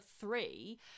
three